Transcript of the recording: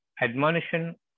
admonition